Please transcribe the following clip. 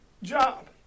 job